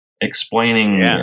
explaining